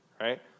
right